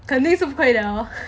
跟定是不可以 liao